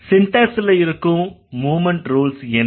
சின்டேக்ஸ்ல இருக்கும் movement rules என்ன